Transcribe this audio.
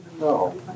No